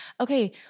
okay